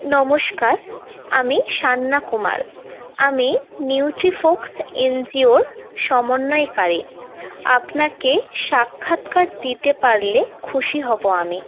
নমস্কার আমি সান্যা কুমার আমি নিউট্রিফোকস এনজিওর সমন্বয়কারী আপনাকে সাক্ষাৎকার দিতে পারলে খুশি হব আমি